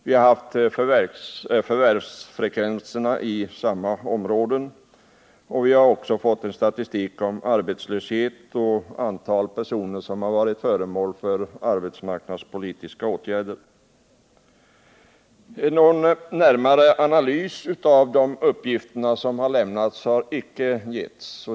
Vi känner till förvärvsfrekvenserna i samma områden och har fått statistik över arbetslösheten och antalet personer som varit föremål för arbetsmarknadspolitiska åtgärder. Någon närmare analys av de uppgifter som lämnats har inte gjorts.